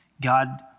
God